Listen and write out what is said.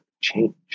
change